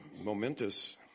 momentous